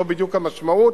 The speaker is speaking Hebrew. זו בדיוק המשמעות,